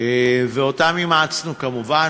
ואותם אימצנו כמובן,